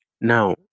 Now